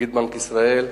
נגיד בנק ישראל,